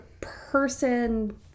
person